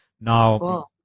Now